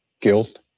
guilt